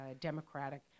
Democratic